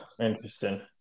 Interesting